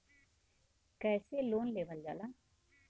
कैसे लोन लेवल जाला?